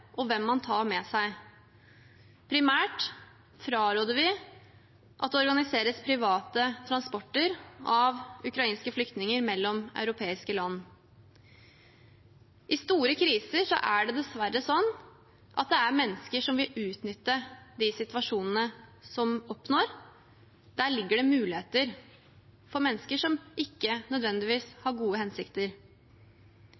og hvem man tar med seg. Primært fraråder vi at det organiseres private transporter av ukrainske flyktninger mellom europeiske land. I store kriser er det dessverre slik at det er mennesker som vil utnytte de situasjonene som oppstår. Der ligger det muligheter for mennesker som ikke nødvendigvis